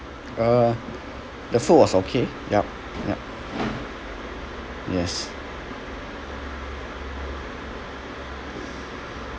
uh the food was okay yup yup yes